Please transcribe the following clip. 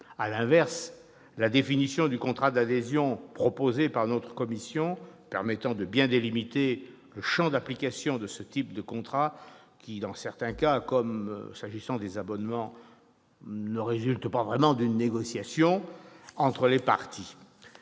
À l'inverse, la définition du contrat d'adhésion proposée par notre commission permettra de bien cerner le champ d'application de ce type de contrat, qui, dans certains cas, comme les abonnements, ne résulte pas vraiment d'une négociation entre les parties.